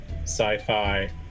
sci-fi